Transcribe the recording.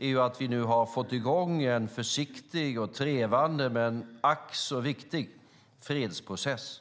är att vi nu har fått i gång en försiktig och trevande men ack så viktig fredsprocess.